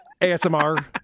ASMR